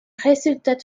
résultats